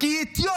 כי היא אתיופית.